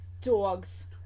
Dogs